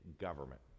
government